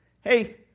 hey